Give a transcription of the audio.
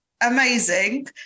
amazing